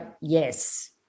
Yes